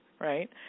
right